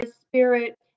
spirit